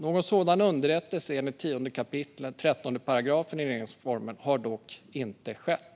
Någon sådan underrättelse enligt 10 kap. 13 § regeringsformen har dock inte skett.